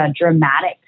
dramatic